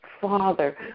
Father